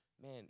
Man